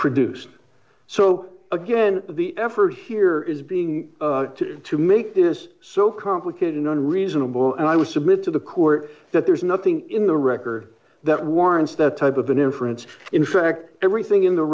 produced so again the effort here is being to make this so complicated on reasonable and i would submit to the court that there is nothing in the record that warrants that type of an inference in fact everything in the